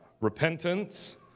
repentance